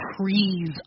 trees